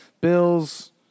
Bills